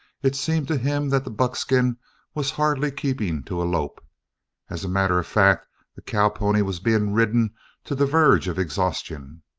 it seemed to him that the buckskin was hardly keeping to a lope as a matter of fact the cow pony was being ridden to the verge of exhaustion.